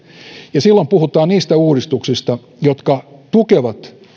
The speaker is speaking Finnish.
ja silloin puhutaan niistä uudistuksista jotka tukevat